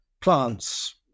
plants